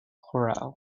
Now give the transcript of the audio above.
corral